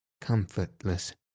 comfortless